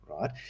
right